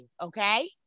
Okay